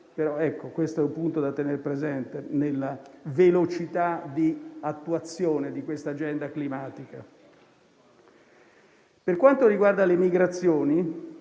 questo è un punto da tenere presente nella velocità di attuazione di questa agenda climatica. Per quanto riguarda le migrazioni,